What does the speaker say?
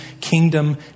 kingdom